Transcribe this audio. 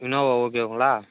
Innova ஓகேங்களா